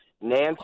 Nancy